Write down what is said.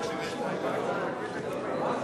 בבקשה.